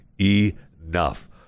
enough